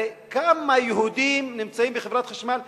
הרי כמה יהודים שלא שירתו נמצאים בחברת החשמל?